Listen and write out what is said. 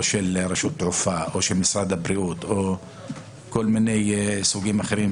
או של רשות התעופה או של משרד הבריאות וסוגים אחרים